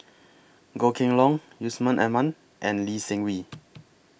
Goh Kheng Long Yusman Aman and Lee Seng Wee